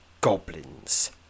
Goblins